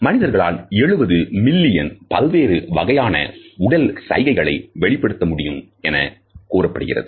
மனிதர்களால் 70 மில்லியன் பல்வேறு வகையான உடல் சைகைகளை வெளிப்படுத்த முடியும் எனக் கூறப்படுகிறது